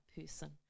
person